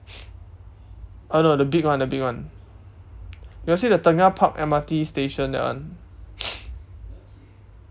uh no the big one the big one you got see the tengah park M_R_T station that one